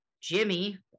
Jimmy